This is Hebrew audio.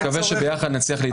אני מקווה שביחד נצליח להתקדם פה.